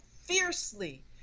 fiercely